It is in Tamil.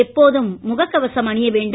எப்போதும் முகக் கவசம் அணிய வேண்டும்